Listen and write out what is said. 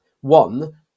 One